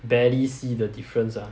barely see the difference ah